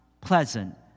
pleasant